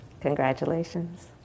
Congratulations